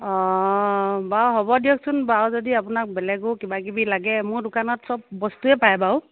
অ বাৰু হ'ব দিয়কচোন বাৰু যদি আপোনাক বেলেগো কিবা কিবি লাগে মোৰ দোকানত সব বস্তুয়ে পায় বাৰু